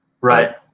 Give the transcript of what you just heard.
Right